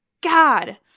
God